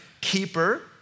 keeper